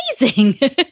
amazing